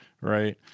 Right